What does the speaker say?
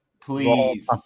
please